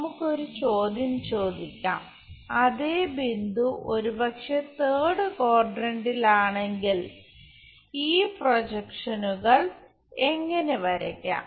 നമുക്ക് ഒരു ചോദ്യം ചോദിക്കാം അതേ ബിന്ദു ഒരുപക്ഷേ തേർഡ് ക്വാഡ്രന്റിലാണെങ്കിൽ ഈ പ്രോജെക്ഷൻസ് എങ്ങനെ വരയ്ക്കാം